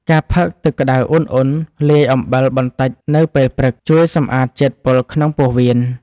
ការផឹកទឹកក្តៅឧណ្ហៗលាយអំបិលបន្តិចនៅពេលព្រឹក ជួយសម្អាតជាតិពុលក្នុងពោះវៀន។